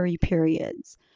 periods